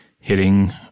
hitting